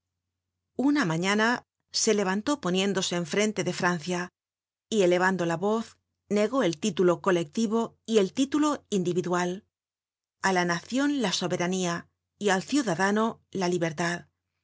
una mañana se levantó poniéndose en frente de francia y elevando la voz negó el título colectivo y el título individual á la nacion la soberanía y al ciudadano la libertad